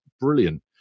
brilliant